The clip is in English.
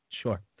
Sure